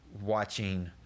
watching